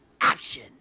action